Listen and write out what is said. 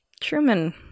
Truman